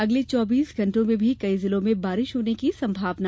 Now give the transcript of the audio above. अगले चौबीस घण्टों में भी कई जिलों में बारिश होने की संभावना